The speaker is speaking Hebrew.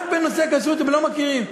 רק בנושא כשרות הם לא מכירים?